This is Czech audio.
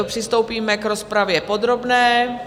Přistoupíme k rozpravě podrobné.